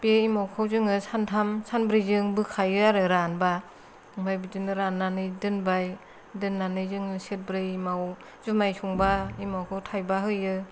बे एमावखौ जोङो सानथाम सानब्रैजों बोखायो आरो रानबा ओमफ्राय बिदिनो राननानै दोनबाय दोननानै जोङो सेरब्रैयाव जुमाय संबा एमावखौ थायबा होयो